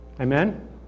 Amen